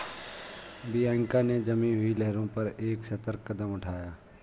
Bianca ने जमी हुई लहरों पर एक सतर्क कदम उठाया